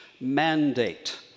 Mandate